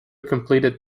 completed